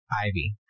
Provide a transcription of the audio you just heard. Ivy